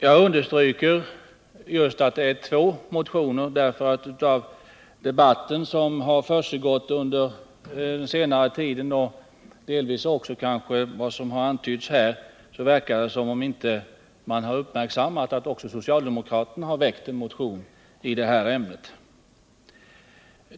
Jag understryker att det är fråga om två motioner, eftersom det av den debatt som pågått under senare tid och kanske delvis av vad som antytts under denna diskussion verkar som om det inte har uppmärksammats att också socialdemokraterna har väckt en motion i detta ämne.